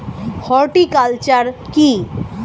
Horticulture কি?